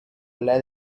let